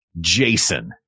Jason